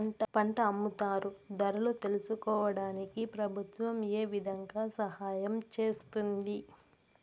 పంట అమ్ముతారు ధరలు తెలుసుకోవడానికి ప్రభుత్వం ఏ విధంగా సహాయం చేస్తుంది?